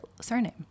surname